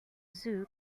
zoo